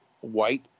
white